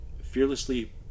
fearlessly